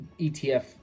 etf